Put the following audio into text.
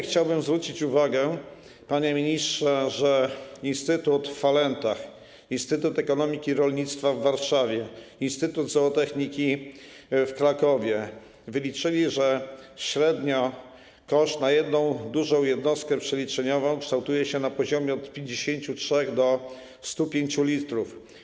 Chciałbym zwrócić uwagę, panie ministrze, że instytut w Falentach, instytut ekonomiki rolnictwa w Warszawie, Instytut Zootechniki w Krakowie wyliczyły, że średnio koszt na jedną dużą jednostkę przeliczeniową kształtuje się na poziomie od 53 do 105 l.